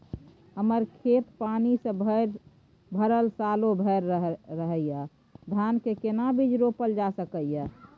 हमर खेत पानी से भरल सालो भैर रहैया, धान के केना बीज रोपल जा सकै ये?